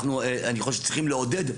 אני חושב שצריכים לעודד.